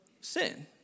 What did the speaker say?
sin